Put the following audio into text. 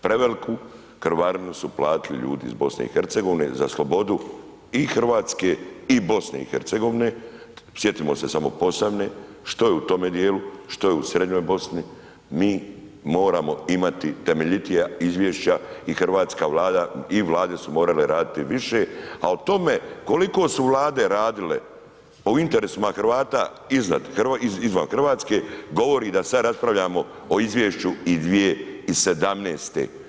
Preveliku krvarinu su platili ljudi iz BiH za slobodu i Hrvatske i BiH, sjetimo se samo Posavine, što je u tome dijelu, što je u srednjoj Bosni, mi moramo imati temeljitija izvješća i Hrvatska vlada i vlade su morale raditi više, a o tome koliko su vlade radile o interesima Hrvata izvan Hrvatske govori da sad raspravljamo o izvješću iz 2017.